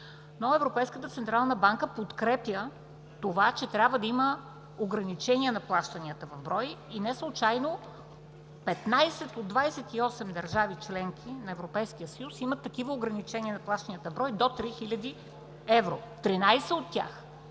но Европейската централна банка подкрепя това, че трябва да има ограничение на плащанията в брой. Неслучайно 15 от 28 държави – членки на Европейския съюз, имат такива ограничения на плащанията в брой – до 3000 евро. В 13 от тях